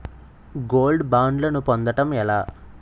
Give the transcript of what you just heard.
Gold బ్యాండ్లను పొందటం ఎలా?